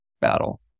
battle